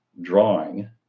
drawing